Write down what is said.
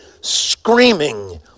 screaming